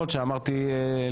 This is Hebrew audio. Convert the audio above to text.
אז אני אומרת,